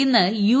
ഇന്ന് യു